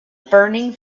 burning